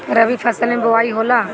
रबी फसल मे बोआई होला?